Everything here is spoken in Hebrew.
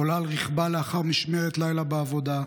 עולה על רכבה, לאחר משמרת לילה בעבודה,